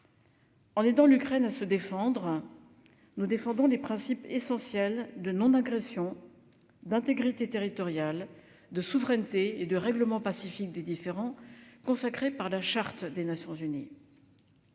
En aidant l'Ukraine à se défendre, nous défendons également les principes essentiels de non-agression, d'intégrité territoriale, de souveraineté et de règlement pacifique des différends, consacrés dans la Charte des Nations unies.